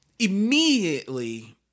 Immediately